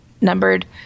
numbered